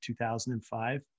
2005